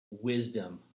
wisdom